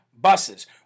buses